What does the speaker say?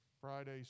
Friday